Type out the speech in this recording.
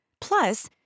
Plus